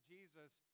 Jesus